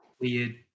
weird